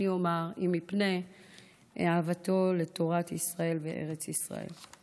אני אומר: אם מפני אהבתו לתורת ישראל וארץ ישראל.